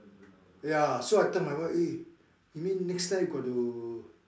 ya so I tell my wife eh you mean so next time you got to